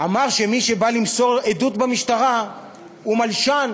שמי שבא למסור עדות במשטרה הוא מלשן